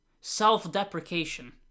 self-deprecation